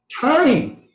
time